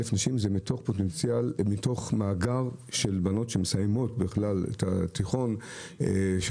זה מתוך מאגר של בנות שמסיימות את התיכון של